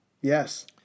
Yes